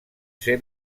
ser